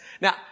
Now